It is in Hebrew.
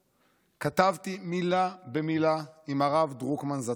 כתבתי מילה במילה עם הרב דרוקמן זצ"ל.